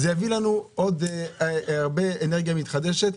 זה יביא לנו עוד הרבה אנרגיה מתחדשת.